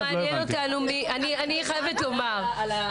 אני מגינה על האמת.